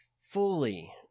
fully